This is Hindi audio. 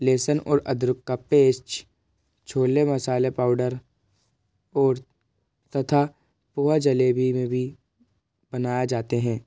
लेहसुन और अदरक का पेस्ट छोले मसाले पाउडर और तथा वह जलेबी में भी बनाए जाते हैं